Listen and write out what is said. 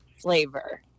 flavor